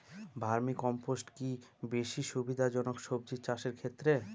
Vermi compost কি বেশী সুবিধা জনক সবজি চাষের ক্ষেত্রে?